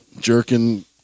jerking